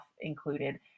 included